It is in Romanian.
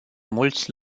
mulți